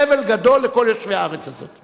נגרם סבל גדול לכל יושבי הארץ הזאת.